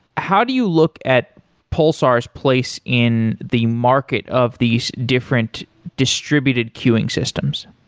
how do you look at pulsar s place in the market of these different distributed queuing systems?